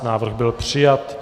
Návrh byl přijat.